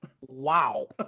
Wow